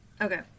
okay